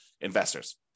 investors